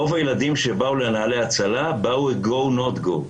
רוב הילדים שבאו לנעל"ה הצלה באו go not go.